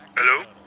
Hello